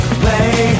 play